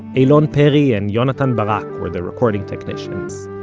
eylon perry and yonatan barak were the recording technicians.